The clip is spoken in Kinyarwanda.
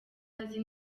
azi